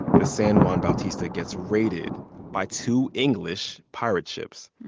the san juan bautista gets raided by two english pirate ships.